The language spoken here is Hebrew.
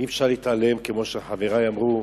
אי-אפשר להתעלם, כמו שחברי אמרו,